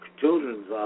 Children's